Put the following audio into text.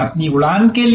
अपनी उड़ान के लिए